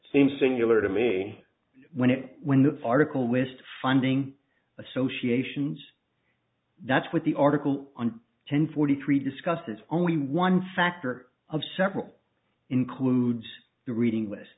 seem singular to me when it when the article lists funding associations that's what the article on ten forty three discusses only one factor of several includes the reading list